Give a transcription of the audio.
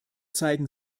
zeigen